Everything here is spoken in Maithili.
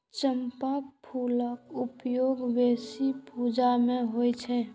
चंपाक फूलक उपयोग बेसी पूजा मे होइ छै